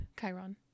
Chiron